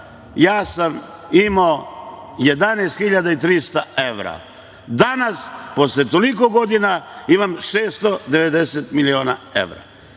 ja sam imao 11 hiljada i 300 evra. Danas, posle toliko godina, imam 690 miliona evra.